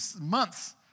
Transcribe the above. months